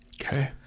Okay